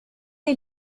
est